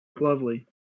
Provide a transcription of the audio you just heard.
Lovely